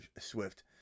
Swift